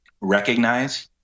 recognize